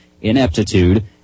ineptitude